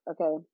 Okay